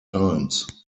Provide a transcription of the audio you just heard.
times